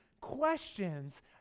questions